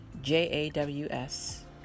j-a-w-s